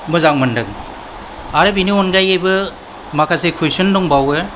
मोजां मोनदों आरो बिनि अनगायैबो माखासे कुवेशन दंबावो